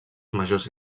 majors